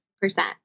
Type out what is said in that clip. Percent